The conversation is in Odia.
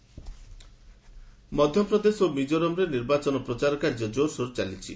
ଏମ୍ପି ମିଜୋ ମଧ୍ୟପ୍ରଦେଶ ଓ ମିଜୋରାମ୍ରେ ନିର୍ବାଚନ ପ୍ରଚାର କାର୍ଯ୍ୟ ଜୋରସୋର ଚାଲିଛି